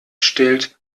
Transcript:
stellt